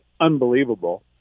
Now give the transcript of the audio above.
unbelievable